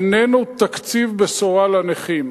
איננו תקציב בשורה לנכים.